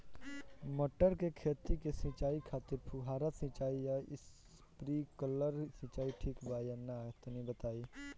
मटर के खेती के सिचाई खातिर फुहारा सिंचाई या स्प्रिंकलर सिंचाई ठीक बा या ना तनि बताई?